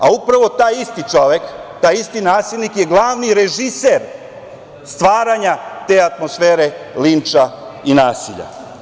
A upravo taj isti čovek, taj isti nasilnik je glavni režiser stvaranja te atmosfere linča i nasilja.